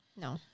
No